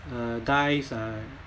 uh guys uh